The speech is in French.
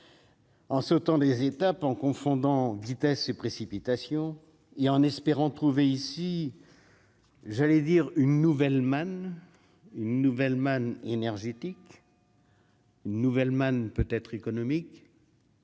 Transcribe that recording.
En sautant des étapes en confondant vitesse et précipitation et en espérant trouver ici, j'allais dire une nouvelle manne une nouvelle manne énergétique. Une nouvelle manne peut être économique.